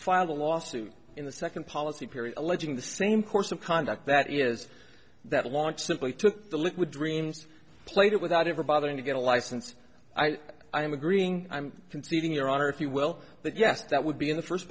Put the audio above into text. filed a lawsuit in the second part period alleging the same course of conduct that is that a launch simply took the liquid dreams played it without ever bothering to get a license i am agreeing i'm conceding your honor if you will that yes that would be in the first